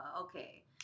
okay